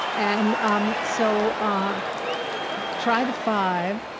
and um so ah try the five,